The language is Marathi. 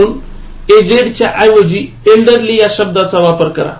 म्हणूनएजेड च्या ऐवजी एल्डरली या शब्दाचा वापर करा